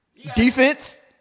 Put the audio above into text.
Defense